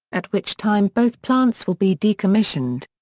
at which time both plants will be decommissioned.